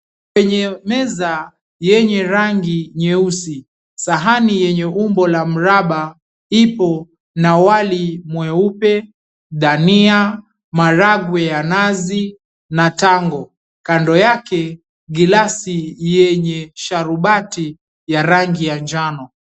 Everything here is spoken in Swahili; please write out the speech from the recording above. Kwenye meza yenye rangi nyeusi, sahani yenye umbo la mraba ipo na wali mweupe, dania, maragwe ya nazi na tango. Kando yake gilasi yenye sharubati ya rangi ya njano.